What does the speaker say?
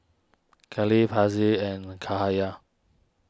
Kefli Hasif and Cahaya